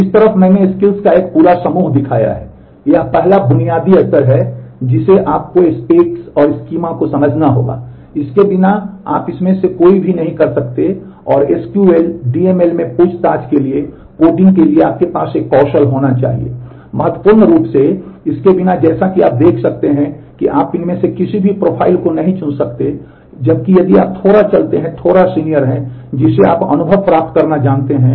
इस तरफ मैंने स्किल्स करने में सक्षम होना चाहिए और इसमें प्रवेश करते हैं